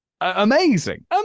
amazing